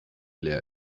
leer